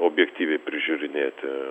objektyviai prižiūrinėti